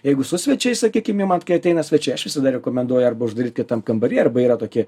jeigu su svečiais sakykim imant kai ateina svečiai aš visada rekomenduoja arba uždaryt kitam kambary arba yra tokie